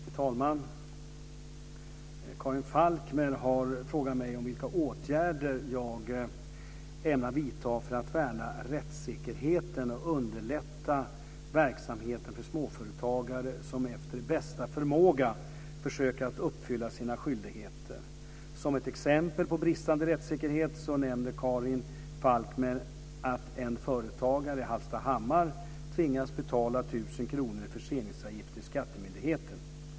Fru talman! Karin Falkmer har frågat mig om vilka åtgärder jag ämnar vidta för att värna rättssäkerheten och underlätta verksamheten för småföretagare som efter bästa förmåga försöker att uppfylla sina skyldigheter. Som ett exempel på bristande rättssäkerhet nämner Karin Falkmer att en företagare i Hallstahammar tvingats betala 1 000 kr i förseningsavgift till skattemyndigheten.